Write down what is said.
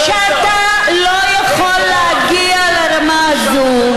שאתה לא יכול להגיע לרמה הזאת.